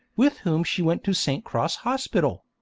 with whom she went to st. cross hospital.